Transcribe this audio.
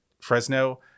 Fresno